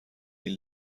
این